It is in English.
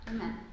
Amen